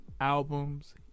albums